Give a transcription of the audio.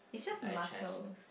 digest